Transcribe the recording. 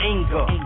Anger